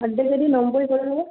আর যদি নম্বর দেওয়া থাকে